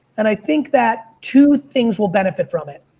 and i think that two things will benefit from it.